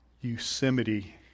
Yosemite